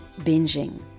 binging